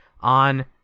on